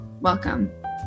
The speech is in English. Welcome